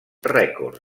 records